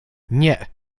nie